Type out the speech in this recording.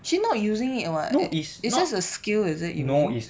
she not using it [what] is it a skill is it you mean